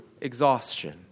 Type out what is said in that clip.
exhaustion